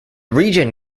region